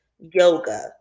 yoga